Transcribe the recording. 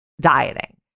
dieting